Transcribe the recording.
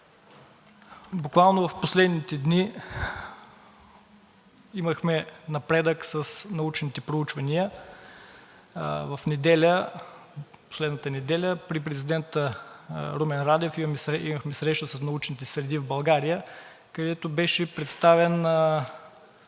Буквално в последните дни имахме напредък с научните проучвания. В неделя, последната неделя, при президента Румен Радев имахме среща с научните среди в България, където беше представен